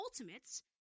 Ultimates